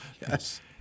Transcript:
yes